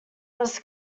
was